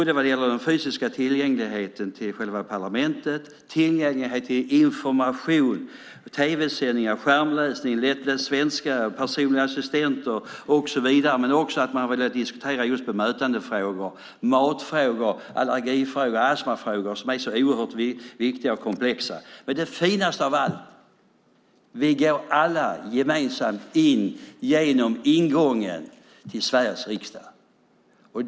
Det gäller både den fysiska tillgängligheten till själva parlamentet och tillgänglighet till information, tv-sändningar, skärmläsning, lättläst svenska, personliga assistenter och så vidare. Men det handlar också om att man har velat diskutera just bemötandefrågor, matfrågor, allergifrågor och astmafrågor som är så oerhört viktiga och komplexa. Men det finaste av allt är att vi alla går in genom samma ingång till Sveriges riksdag.